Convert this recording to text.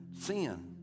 sin